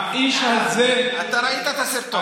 האיש זה, אתה ראית את הסרטון.